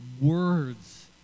words